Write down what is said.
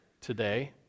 Today